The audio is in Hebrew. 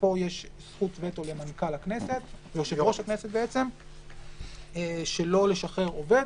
פה יש זכות וטו ליושב-ראש הכנסת שלא לשחרר עובד,